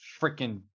freaking